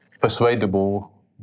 persuadable